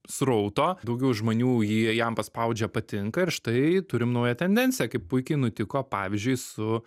srauto daugiau žmonių jį j jam paspaudžia patinka ir štai turim naują tendenciją kaip puikiai nutiko pavyzdžiui su